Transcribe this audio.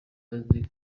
azi